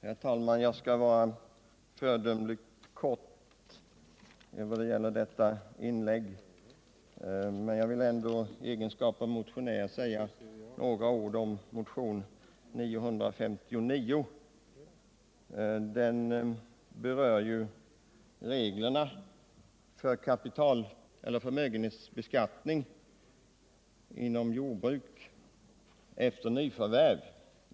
Herr talman! Jag skall fatta mig föredömligt kort, men jag vill i egenskap av motionär säga några ord om motionen 959. Den berör reglerna för förmögenhetsbeskattning av jordbruk efter nyförvärv.